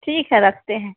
ठीक है रखते हैं